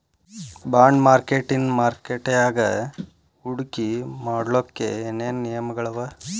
Bond ಮಾರ್ಕೆಟಿನ್ ಮಾರ್ಕಟ್ಯಾಗ ಹೂಡ್ಕಿ ಮಾಡ್ಲೊಕ್ಕೆ ಏನೇನ್ ನಿಯಮಗಳವ?